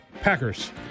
Packers